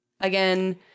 again